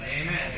Amen